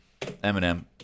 Eminem